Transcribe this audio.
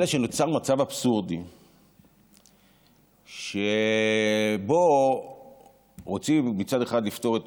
אלא שנוצר מצב אבסורדי שבו רוצים מצד אחד לפטור את